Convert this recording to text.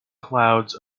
clouds